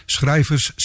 Schrijvers